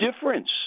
difference